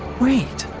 wait